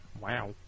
Wow